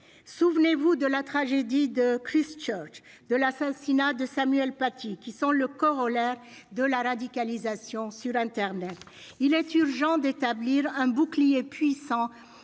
souvenez-vous de la tragédie de Christchurch de la fin, Sina de Samuel Paty qui sont le corollaire de la radicalisation sur internet, il est urgent d'établir un bouclier puissant